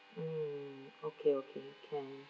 mm okay okay can